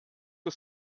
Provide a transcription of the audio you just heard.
que